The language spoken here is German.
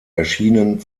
erschienen